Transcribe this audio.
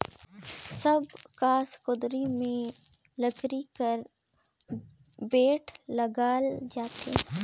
सब कस कुदारी मे लकरी कर बेठ लगाल जाथे